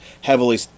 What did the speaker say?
heavily